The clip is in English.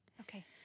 Okay